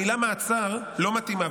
המילה "מעצר" לא מתאימה,